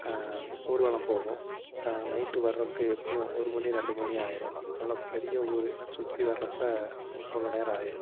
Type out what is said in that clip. ஊர்வலம் போவோம் நைட் வர்றக்கு எப்படியும் ஒரு மணி ரெண்டு மணி ஆயிரும் நல்ல பெரிய ஊர் சுற்றி வர்றப்போ அவ்வளோ நேரம் ஆயிரும்